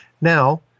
Now